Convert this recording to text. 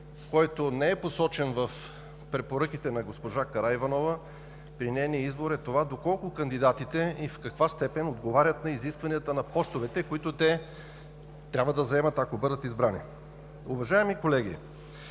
който не е посочен в препоръките на госпожа Караиванова. При нейният избор това е доколко кандидатите и в каква степен отговарят на изискванията на постовете, които те трябва да заемат, ако бъдат избрани. Уважаеми колеги,